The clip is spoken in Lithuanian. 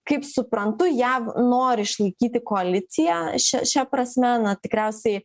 kaip suprantu jav nori išlaikyti koaliciją šia šia prasme na tikriausiai